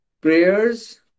Prayers